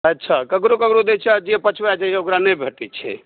अच्छा ककरो ककरो दै छै जे पछुआएल रहैया ओकरा नहि भेटै छै